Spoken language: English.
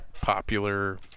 popular